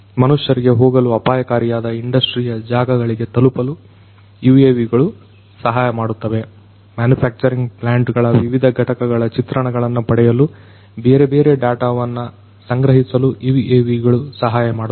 ಮನುಷ್ಯರಿಗೆ ಹೋಗಲು ಅಪಾಯಕಾರಿಯಾದ ಇಂಡಸ್ಟ್ರಿಯ ಜಾಗಗಳಿಗೆ ತಲುಪಲು UAVಗಳು ಸಹಾಯಮಾಡುತ್ತದೆ ಮ್ಯಾನುಫ್ಯಾಕ್ಚರಿಂಗ್ ಪ್ಲಾಂಟ್ ಗಳ ವಿವಿಧ ಘಟಕಗಳ ಚಿತ್ರಣಗಳನ್ನು ಪಡೆಯಲು ಬೇರೆ ಬೇರೆ ಬೇರೆಬೇರೆ ಡಾಟಾವನ್ನು ಸಂಗ್ರಹಿಸಲು UAVಗಳು ಸಹಾಯಮಾಡುತ್ತದೆ